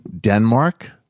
Denmark